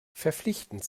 verpflichtend